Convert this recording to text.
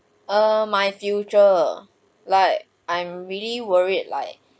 err my future like I'm really worried like